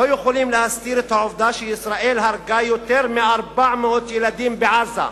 לא יכול להסתיר את העובדה שישראל הרגה יותר מ-400 ילדים בעזה,